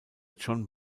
john